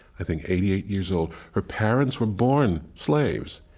i think, eighty eight years old. her parents were born slaves.